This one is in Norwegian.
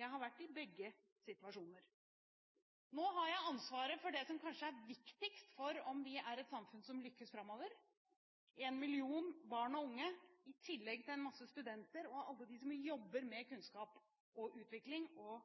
jeg har vært i begge situasjoner. Nå har jeg ansvaret for det som kanskje er viktigst for om vi er et samfunn som lykkes framover: en million barn og unge i tillegg til en masse studenter og alle dem som jobber med kunnskap og utvikling og